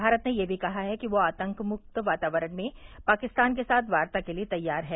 भारत ने यह भी कहा है कि वह आतंकमुक्त वातावरण में पाकिस्तान के साथ वार्ता के लिए तैयार है